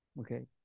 Okay